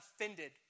offended